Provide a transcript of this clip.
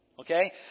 okay